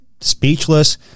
speechless